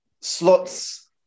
slots